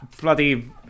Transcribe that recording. bloody